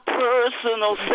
personal